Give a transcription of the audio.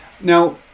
now